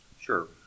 Sure